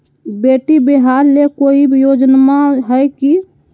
बेटी ब्याह ले कोई योजनमा हय की?